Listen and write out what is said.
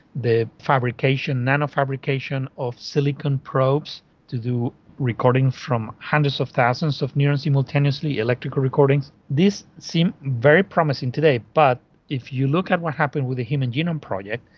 the fabrication, nano-fabrication of silicon probes to do recording from hundreds of thousands of neurons simultaneously, electrical recordings, these seem very promising today. but if you look at what happened with the human genome project,